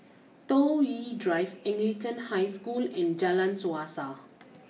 Toh Yi Drive Anglican High School and Jalan Suasa